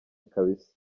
kabisa